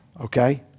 okay